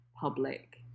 public